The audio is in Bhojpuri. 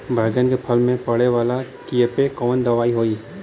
बैगन के फल में पड़े वाला कियेपे कवन दवाई होई?